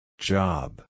Job